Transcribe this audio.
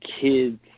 kids